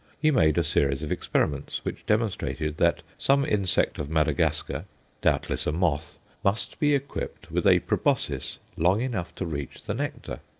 he made a series of experiments which demonstrated that some insect of madagascar doubtless a moth must be equipped with a proboscis long enough to reach the nectar,